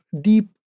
deep